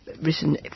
written